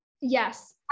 Yes